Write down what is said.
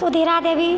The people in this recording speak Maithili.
सुधीरा देबी